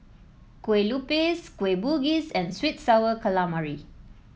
Kue Lupis Kueh Bugis and sweet and sour calamari